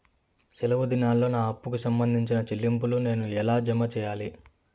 సెలవు దినాల్లో నా అప్పుకి సంబంధించిన చెల్లింపులు నేను ఎలా జామ సెయ్యాలి?